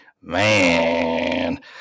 Man